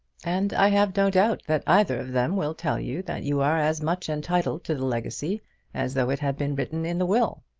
and i have no doubt that either of them will tell you that you are as much entitled to the legacy as though it had been written in the will.